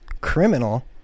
criminal